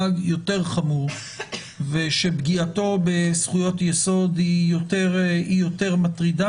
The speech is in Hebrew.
יותר חמור ושפגיעתו בזכויות יסוד היא יותר מטרידה.